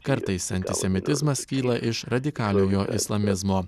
kartais antisemitizmas kyla iš radikaliojo islamizmo